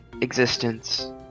existence